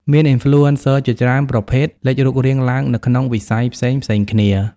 មាន Influencer ជាច្រើនប្រភេទលេចរូបរាងឡើងនៅក្នុងវិស័យផ្សេងៗគ្នា។